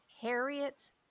Harriet